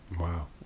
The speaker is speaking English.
Wow